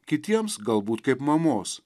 kitiems galbūt kaip mamos